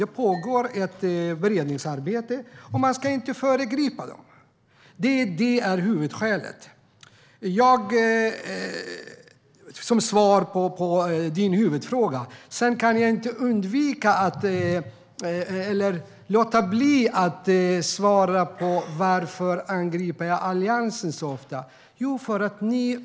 Det pågår ett beredningsarbete, och man ska inte föregripa det arbetet. Det är huvudskälet. Sedan kan jag inte låta bli att svara på frågan om varför jag angriper Alliansen så ofta.